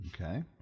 Okay